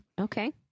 Okay